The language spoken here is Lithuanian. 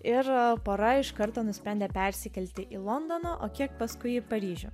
ir pora iš karto nusprendė persikelti į londoną o kiek paskui į paryžių